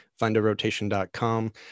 findarotation.com